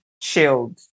chilled